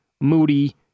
Moody